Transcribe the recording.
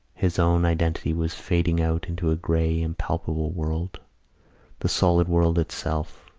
his own identity was fading out into a grey impalpable world the solid world itself,